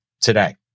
today